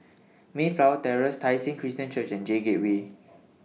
Mayflower Terrace Tai Seng Christian Church and J Gateway